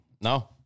No